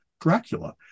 Dracula